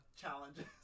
challenges